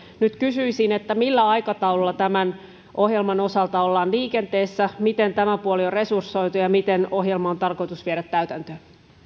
nyt kysyisin millä aikataululla tämän ohjelman osalta ollaan liikenteessä miten tämä puoli on resursoitu ja miten ohjelma on tarkoitus viedä täytäntöön